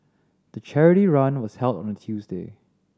the charity run was held on a Tuesday